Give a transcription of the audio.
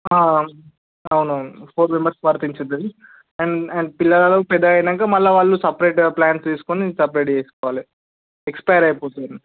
అవునవును four members వర్తించిద్దది and and పిల్లగాలు పెద్దగయినాక మళ్ళీ వాళ్ళు సెపరేట్ ప్లాన్ తీసుకొని మల్లా సెపరేట్గా తీసుకోవాలె ఎక్స్పైర్ అయిపోతుంది